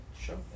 Sure